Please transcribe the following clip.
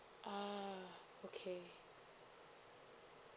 ah okay